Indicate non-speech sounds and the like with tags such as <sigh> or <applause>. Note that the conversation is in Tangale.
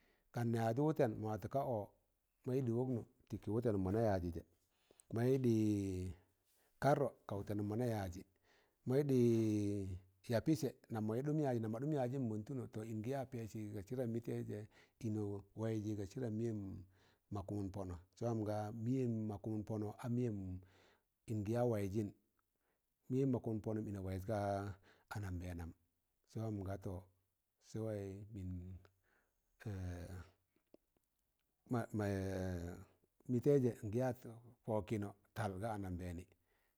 Kan na yaazụ wụtẹn mọ watụ ka ọọ, mọị ɗị wọknọ tịkị wụtẹnụm mọ na yaazị jẹ, maị ɗii karrọ ga wụtẹnụm mọ na yaazị, maị dịị ya pịsẹ nam mọị i ɗụm yaazị nam mọyi ɗụm yaazịm mọntụno, to ịngị yaa pẹsị ga sịdam mịtẹịzẹ, ịnọ waịzị ga sịdam mịyẹm ma kụmụn pọnọ. Se wam nga mịyẹm mo kumun pono a miyem in giyan waizin, miyen mo kụmụn pọnọm ịnọ waịz ga anambẹẹnam, sẹ waam nga tọ, sẹ waị mịn <hesitation> ma ma <hesitation> mịtẹịjẹ ịn gị ya tọ wokino tal ga anambẹẹnị.